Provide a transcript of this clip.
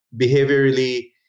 behaviorally